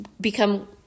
become